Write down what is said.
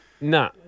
No